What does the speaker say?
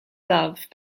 love